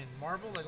Marvel